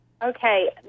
Okay